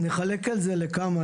נחלק את זה לכמה,